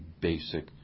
basic